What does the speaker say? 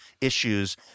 issues